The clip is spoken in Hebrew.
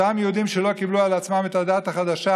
אותם יהודים לא קיבלו על עצמם את הדת החדשה